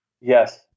yes